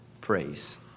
praise